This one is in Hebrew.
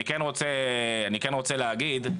אני כן רוצה להגיד,